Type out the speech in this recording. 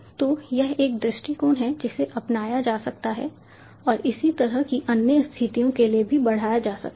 तो यह एक दृष्टिकोण है जिसे अपनाया जा सकता है और इसी तरह की अन्य स्थितियों के लिए भी बढ़ाया जा सकता है